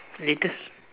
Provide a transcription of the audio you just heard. latest